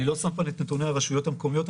אני לא שם פה את נתוני הרשויות המקומיות,